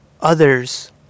others